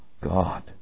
God